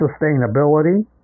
sustainability